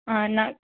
हाँ ना